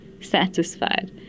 satisfied